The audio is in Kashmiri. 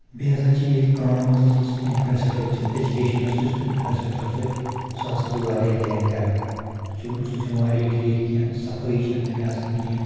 بیٚیہِ ہَسا چھِ ییٚتہِ کٲم ہَسا چھِ یُس اِنفراسٹرکچَر ایجوکیشنَس یُس اِنفراسٹرکچَر سُہ ہسا چھُ واریاہ لایک کَران سُہ چھُ سُہ چھُنہٕ واریاہ ٹھیٖک کینٛہہ صفٲیہِ چھےٚ نہٕ تَتہِ آسان کینٛہہ